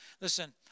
Listen